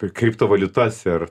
apie kriptovaliutas ir